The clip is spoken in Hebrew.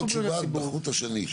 תן לו תשובה כמו חוט השני.